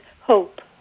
hope